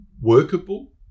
workable